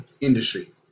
industry